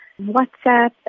WhatsApp